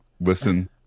Listen